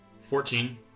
Fourteen